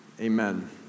Amen